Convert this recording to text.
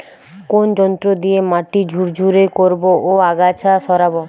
কোন যন্ত্র দিয়ে মাটি ঝুরঝুরে করব ও আগাছা সরাবো?